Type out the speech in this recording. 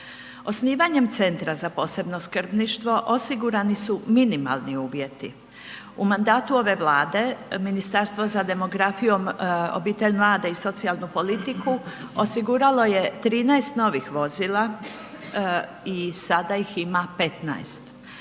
Osnivanjem Centra za posebno skrbništvo osigurani su minimalni uvjeti. U mandatu ove Vlade, Ministarstvo za demografiju, obitelj, mlade i socijalnu politiku osiguralo je 13 novih vozila i sada ih ima 15.